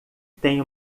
tem